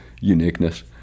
uniqueness